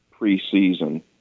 preseason